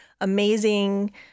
amazing